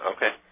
Okay